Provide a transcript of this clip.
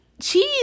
cheese